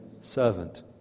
servant